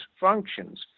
functions